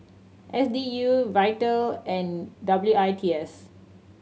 S D U Vital and W I T S